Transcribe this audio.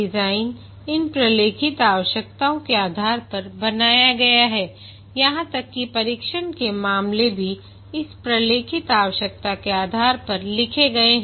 design इन प्रलेखित आवश्यकता के आधार पर बनाया गया है यहां तक कि परीक्षण के मामले भी इस प्रलेखित आवश्यकता के आधार पर लिखे गए हैं